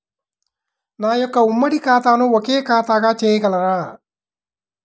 నా యొక్క ఉమ్మడి ఖాతాను ఒకే ఖాతాగా చేయగలరా?